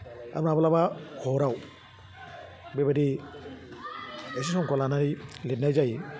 आरो माब्लाबा हराव बेबायदि एसे समखौ लानानै लिरनाय जायो